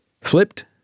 flipped